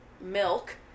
milk